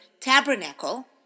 Tabernacle